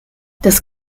das